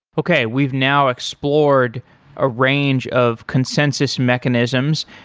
okay, we've now explored a range of consensus mechanisms.